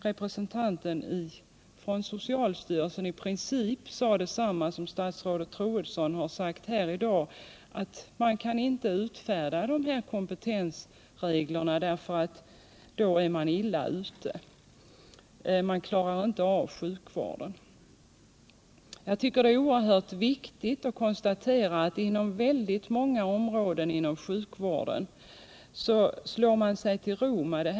Representanten för socialstyrelsen sade där i princip detsamma som statsrådet Troedsson har sagt här i dag: Man kan inte utfärda kompetensreglerna därför att då är man illa ute. Man klarar inte av sjukvården. Jag tycker det är viktigt att konstatera att man inom många områden i sjukvården slår sig till ro med detta.